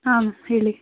ಹಾಂ ಹೇಳಿ